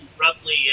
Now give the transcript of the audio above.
roughly